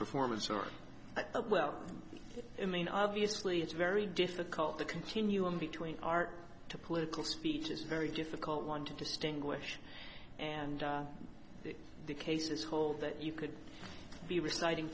performance art but well i mean obviously it's very difficult the continuum between art to political speech is very difficult one to distinguish and the case is whole that you could be reciting